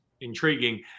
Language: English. intriguing